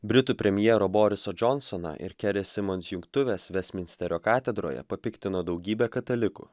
britų premjero boriso džonsono ir kerės simons jungtuvės vestminsterio katedroje papiktino daugybę katalikų